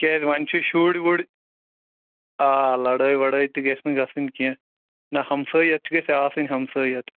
کیٛازِ وۅنۍ چھِ شُرۍ وُرۍ آ لڑٲے وڑٲے تہِ گژھِ نہٕ گژھٕنۍ کیٚنٛہہ نہٕ ہمسٲیَتھ گژھِ آسٕنۍ ہَمسٲیَتھ